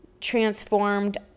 transformed